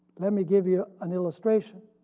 let me give you an illustration.